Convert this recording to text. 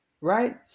right